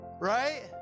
right